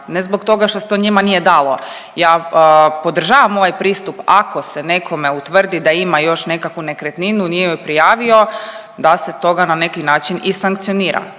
ne zbog toga što se to njima nije dalo, ja podržavam ovaj pristup ako se nekome utvrdi da ima još nekakvu nekretninu nije ju prijavio da se toga na neki način i sankcionira,